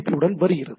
B உடன் வருகிறது